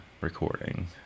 recording